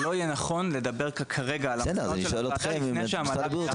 זה לא יהיה נכון לדבר כרגע לפני שהמל"ג דן